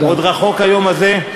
עוד רחוק היום הזה,